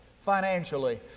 financially